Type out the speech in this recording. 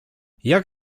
jak